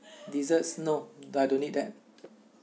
desserts no I don't need that